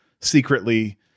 secretly